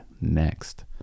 next